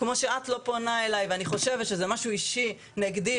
כמו שאת לא פונה אלי ואני חושבת שזה משהו אישי נגדי,